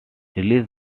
released